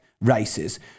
Races